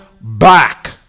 back